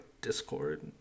Discord